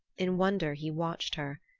in wonder he watched her.